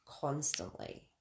constantly